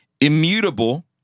immutable